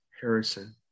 Harrison